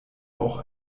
auch